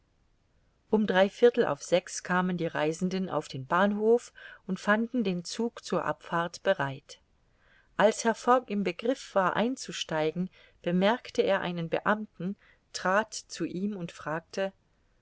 um drei viertel auf sechs uhr kamen die reisenden auf den bahnhof und fanden den zug zur abfahrt bereit als herr fogg im begriff war einzusteigen bemerkte er einen beamten trat zu ihm und fragte